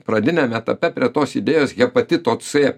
pradiniam etape prie tos idėjos hepatito c